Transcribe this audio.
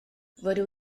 rydw